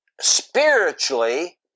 spiritually